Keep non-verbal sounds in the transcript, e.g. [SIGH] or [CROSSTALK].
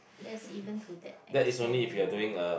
that's even to that extent [NOISE]